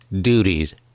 duties